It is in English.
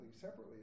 separately